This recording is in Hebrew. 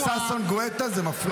חבר הכנסת ששון גואטה, זה מפריע.